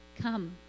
Come